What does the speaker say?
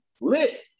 lit